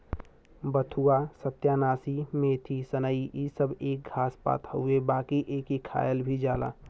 बथुआ, सत्यानाशी, मेथी, सनइ इ सब एक घास पात हउवे बाकि एके खायल भी जाला